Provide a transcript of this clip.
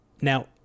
now